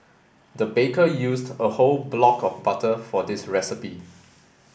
the baker used a whole block of butter for this recipe